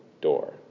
door